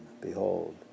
Behold